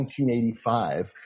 1985